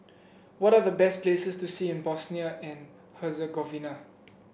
what are the best places to see in Bosnia and Herzegovina